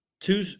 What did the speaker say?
two